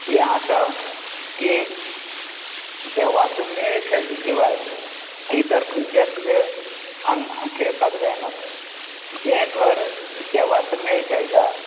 हें आसा की देवाचो मेळ खेळ्ळे शिवाय इतर खंयचेच मेळ हांगा खेळपाक जायनात जें घर देवाचो मेळ खेळटा